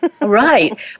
Right